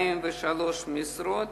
143 משרות